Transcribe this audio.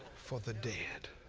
for the dead.